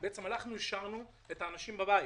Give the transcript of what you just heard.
בעצם אנחנו השארנו את האנשים בבית.